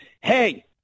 hey